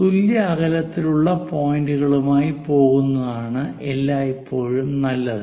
തുല്യ അകലത്തിലുള്ള പോയിന്റുകളുമായി പോകുന്നതാണ് എല്ലായ്പ്പോഴും നല്ലതു